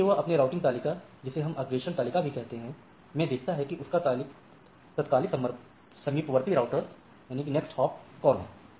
इसके लिए यह अपने राउटिंग तालिका जिसे हम अग्रेषण तालिका भी कहते हैं में देखता है कि उसका तत्कालिक समीपवर्ती राउटर कौन है